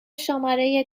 شماره